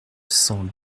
cent